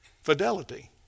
Fidelity